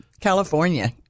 California